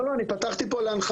לא, אני פתחתי פה להנחתה.